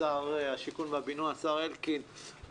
שר השיכון והבינוי השר אלקין,